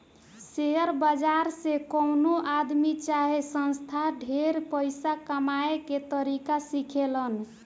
share बाजार से कवनो आदमी चाहे संस्था ढेर पइसा कमाए के तरीका सिखेलन